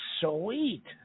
sweet